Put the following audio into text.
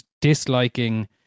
disliking